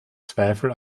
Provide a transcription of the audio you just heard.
zweifel